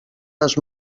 les